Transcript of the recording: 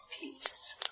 peace